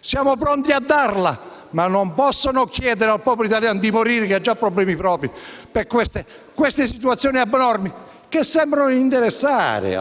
siamo pronti a darne, ma non possono chiedere al popolo italiano di morire, perché ha già problemi propri, per queste situazioni abnormi che sembrano non interessare